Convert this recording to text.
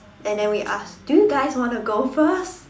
and then we ask do you guys want to go first